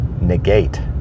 negate